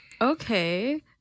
Okay